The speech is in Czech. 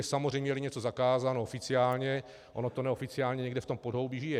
Samozřejmě jeli něco zakázáno oficiálně, ono to neoficiálně někde v podhoubí žije.